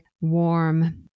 warm